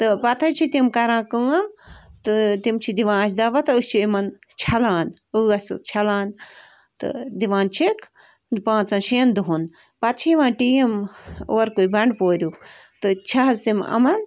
تہٕ پَتہٕ حظ چھِ تِم کَران کٲم تہٕ تِم چھِ دِوان اَسہِ دوا تہٕ أسۍ چھِ یِمَن چھَلان ٲس حظ چھَلان تہٕ دِوان چھِکھ پانٛژَن شٮ۪ن دۄہَن پَتہٕ چھِ یِوان ٹیٖم اورکُے بَنٛڈٕپوریُک تہٕ چھِ حظ تِم یِمَن